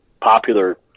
popular